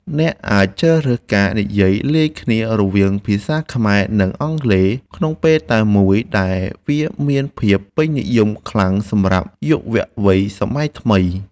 អ្នកអាចជ្រើសរើសការនិយាយលាយគ្នារវាងភាសាខ្មែរ និងអង់គ្លេសក្នុងពេលតែមួយដែលវាមានភាពពេញនិយមយ៉ាងខ្លាំងសម្រាប់យុវវ័យសម័យថ្មី។